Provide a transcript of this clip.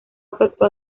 afectó